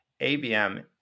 ABM